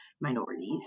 minorities